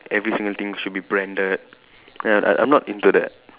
every single thing should be branded ya I I'm not into that